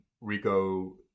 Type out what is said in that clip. Rico